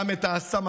גם את הסמפכ"ל,